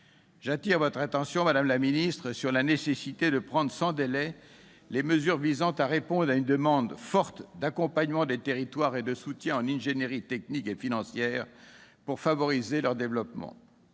J'attire votre attention, madame la ministre, sur la nécessité de prendre, sans délai, les mesures visant à répondre à une demande forte d'accompagnement des territoires et de soutien en ingénierie technique et financière pour favoriser leur développement.